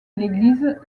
l’église